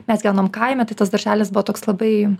mes gyvenom kaime tai tas darželis buvo toks labai